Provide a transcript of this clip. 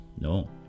no